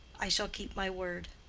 i shall keep my word.